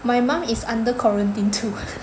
my mum is under quarantine too